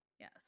Yes